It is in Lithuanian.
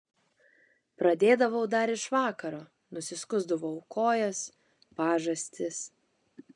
pradėdavau dar iš vakaro nusiskusdavau kojas pažastis